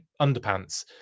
underpants